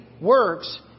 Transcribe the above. works